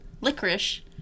licorice